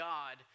God